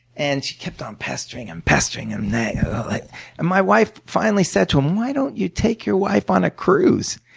and she kept on pestering and pestering him. like and my wife finally said to him, why don't you take your wife on a cruise?